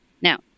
Now